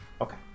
Okay